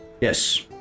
Yes